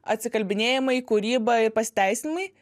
atsikalbinėjimai kūryba ir pasiteisinimai